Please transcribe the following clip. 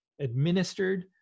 administered